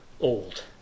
old